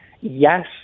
yes